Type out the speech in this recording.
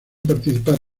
participar